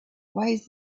weighs